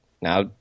Now